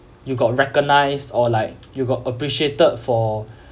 you got recognized or like you got appreciated for